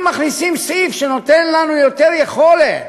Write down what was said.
אם מכניסים סעיף שנותן לנו יותר יכולת